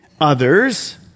Others